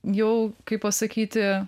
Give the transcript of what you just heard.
jau kaip pasakyti